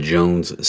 Jones